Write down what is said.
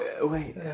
wait